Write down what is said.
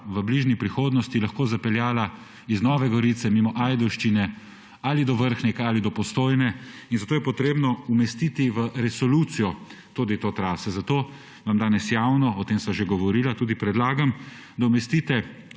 v bližnji prihodnosti lahko zapeljala iz Nove Gorice mimo Ajdovščine ali do Vrhnike ali do Postojne, in zato je potrebno umestiti v resolucijo tudi to traso. Zato vam danes javno, o tem sva že govorila, tudi predlagam, da umestite